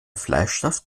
fleischsaft